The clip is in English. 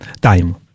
time